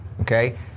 okay